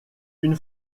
une